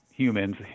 humans